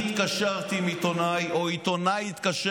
התקשרתי עם עיתונאי או עיתונאי התקשר